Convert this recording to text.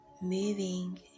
Moving